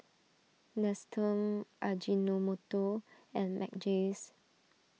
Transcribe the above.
Nestum Ajinomoto and Mackays